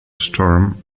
storm